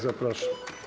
Zapraszam.